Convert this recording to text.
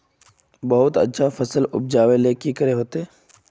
बहुत अच्छा फसल उपजावेले की करे होते?